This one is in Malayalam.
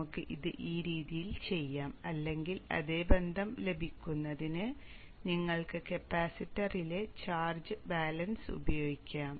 നമുക്ക് ഇത് ഈ രീതിയിൽ ചെയ്യാം അല്ലെങ്കിൽ അതേ ബന്ധം ലഭിക്കുന്നതിന് നിങ്ങൾക്ക് കപ്പാസിറ്ററിലെ ചാർജ് ബാലൻസ് ഉപയോഗിക്കാം